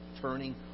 Turning